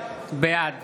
בעד